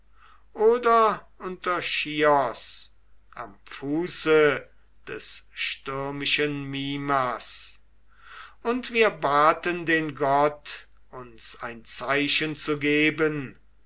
oder unter chios am fuße des stürmischen mimas und wir baten den gott uns ein zeichen zu geben